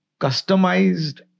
customized